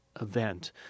event